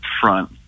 front